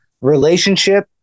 relationship